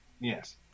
Yes